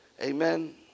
Amen